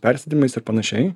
persėdimais ir panašiai